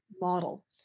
model